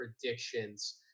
predictions